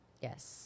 Yes